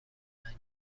انرژی